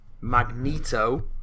Magneto